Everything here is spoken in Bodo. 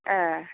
ए